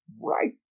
right